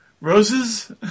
roses